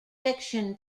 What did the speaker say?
fiction